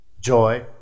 joy